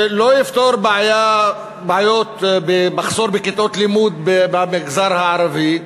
לא יפתור מחסור בכיתות לימוד במגזר הערבי,